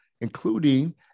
including